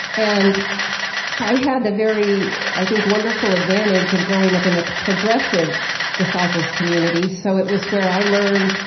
and i had the very, i think, wonderful advantage of growing up in a progressive disciples community. so it was where i learned,